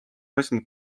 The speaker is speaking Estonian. mõistlik